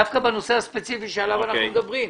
דווקא בנושא הספציפי עליו אנחנו מדברים.